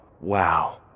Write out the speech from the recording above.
Wow